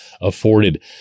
afforded